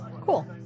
cool